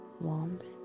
warms